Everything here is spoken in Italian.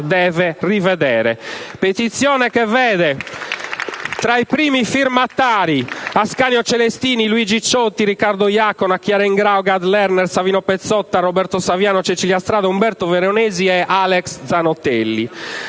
M5S)*. Questa petizione vede, tra i firmatari, Ascanio Celestini, Luigi Ciotti, Riccardo Iacona, Chiara Ingrao, Gad Lerner, Savino Pezzotta, Roberto Saviano, Cecilia Strada, Umberto Veronesi e Alex Zanotelli.